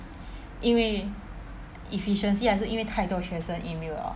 因为 efficiency 还是因为大多学生 email